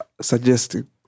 suggesting